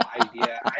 idea